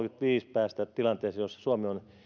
päästä kaksituhattakolmekymmentäviisi tilanteeseen jossa suomi on